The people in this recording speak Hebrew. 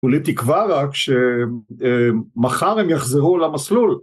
ולתקווה רק שמחר הם יחזרו למסלול